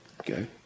Okay